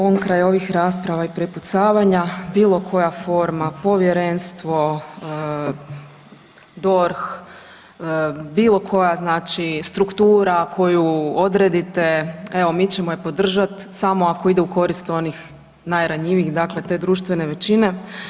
Onkraj ovih rasprava i prepucavanja bilo koja forma povjerenstvo, DORH, bilo koja znači struktura koju odredite, evo mi ćemo je podržati samo ako ide u korist onih najranjivijih, dakle te društvene većine.